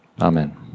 Amen